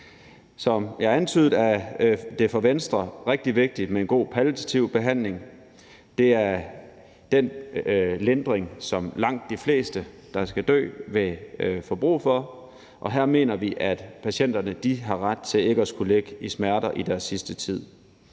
Som jeg antydede, er det for Venstre rigtig vigtigt med en god palliativ behandling. Det er den lindring, som langt de fleste, der skal dø, vil få brug for. Her mener vi, at patienterne har ret til ikke at skulle ligge i smerter i deres sidste tid.